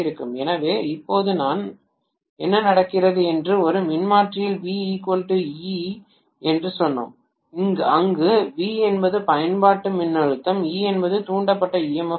எனவே இப்போது என்ன நடக்கிறது என்பது ஒரு மின்மாற்றியில் V E என்று சொன்னோம் அங்கு V என்பது பயன்பாட்டு மின்னழுத்தம் E என்பது தூண்டப்பட்ட emf ஆகும்